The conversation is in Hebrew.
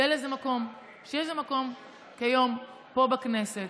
שיהיה לזה מקום כיום פה בכנסת,